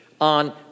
on